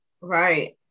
Right